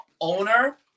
owner